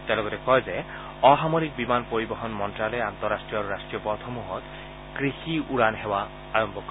তেওঁ লগতে কয় যে অসামৰিক বিমান পৰিবহণ মন্ত্যালয়ে আন্তঃৰাষ্টীয় আৰু ৰাষ্ট্ৰীয় পথসমূহত কৃষি উৰাণ সেৱা আৰম্ভ কৰিব